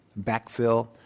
backfill